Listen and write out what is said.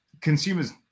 consumers